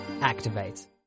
activate